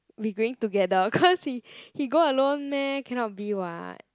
we going together cause he he go alone meh cannot be [what]